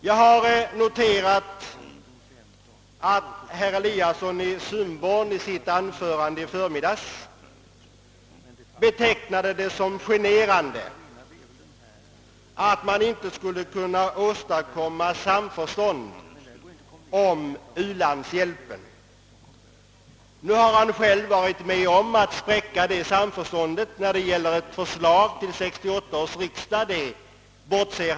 Jag har noterat att herr Eliasson i Sundborn 1 sitt anförande i förmiddags betecknade det som generande, att man inte skulle kunna åstadkomma samförstånd om u-landshjälpen. Nu har han själv varit med om att spräcka samförståndet när det gällde ett förslag till 1968 års riksdag.